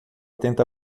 tenta